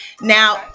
Now